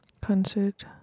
concert